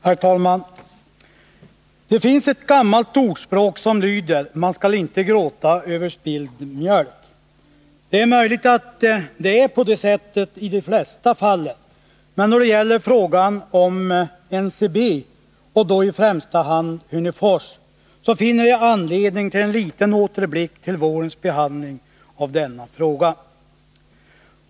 Herr talman! Det finns ett gammalt ordspråk som lyder: Man skall inte gråta över spilld mjölk. Det är möjligt att det är på det sättet i de flesta fallen, men då det gäller NCB och i första hand Hörnefors finner jag anledning till en liten återblick på vårens behandling av denna fråga.